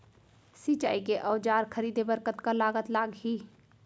सिंचाई के औजार खरीदे बर कतका लागत लागही?